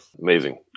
Amazing